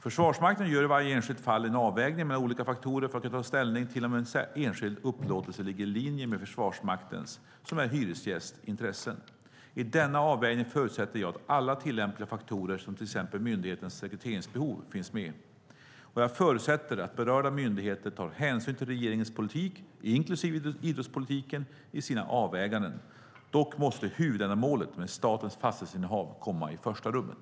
Försvarsmakten gör i varje enskilt fall en avvägning mellan olika faktorer för att kunna ta ställning till om en enskild upplåtelse ligger i linje med Försvarsmaktens, som är hyresgäst, intressen. I denna avvägning förutsätter jag att alla tillämpliga faktorer, som till exempel myndighetens rekryteringsbehov, finns med. Jag förutsätter att berörda myndigheter tar hänsyn till regeringens politik, inklusive idrottspolitiken, i sina avvägningar. Dock måste huvudändamålet med statens fastighetsinnehav komma i första rummet.